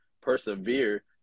persevere